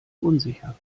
unsicher